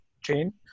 chain